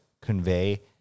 convey